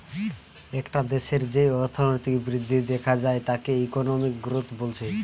একটা দেশের যেই অর্থনৈতিক বৃদ্ধি দেখা যায় তাকে ইকোনমিক গ্রোথ বলছে